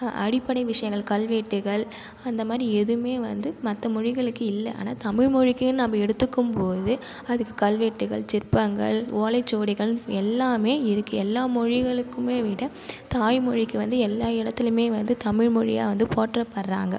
அடிப்படை விஷயங்கள் கல்வெட்டுகள் அந்தமாதிரி எதுவும் வந்து மற்ற மொழிகளுக்கு இல்லை ஆனால் தமிழ் மொழிக்குனு நம்ம எடுத்துக்கும்போது அதுக்கு கல்வெட்டுகள் சிற்பங்கள் ஓலைச்சுவடிகள் எல்லாம் இருக்கு எல்லா மொழிகளுக்கும் விட தாய் மொழிக்கு வந்து எல்லா இடத்துலயுமே வந்து தமிழ் மொழியாக வந்து போற்றப்படுறாங்க